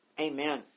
Amen